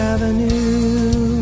Avenue